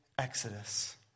Exodus